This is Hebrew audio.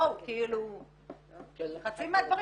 חצי מהדברים,